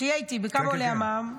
תהיה איתי, בכמה עולה המע"מ?